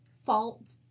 fault